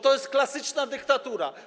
To jest klasyczna dyktatura.